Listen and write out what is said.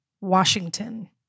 Washington